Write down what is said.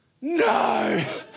no